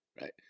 right